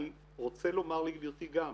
אני רוצה לומר לגברתי גם: